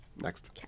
Next